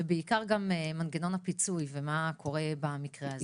ובעיקר גם מנגנון הפיצוי ומה קורה במקרה הזה.